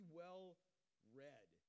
well-read